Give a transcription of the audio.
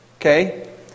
okay